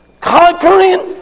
conquering